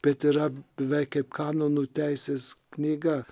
bet yra beveik kaip kanonų teisės knyga